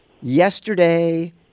yesterday